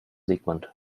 sigmund